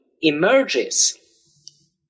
emerges